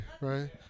right